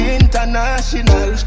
international